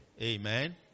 Amen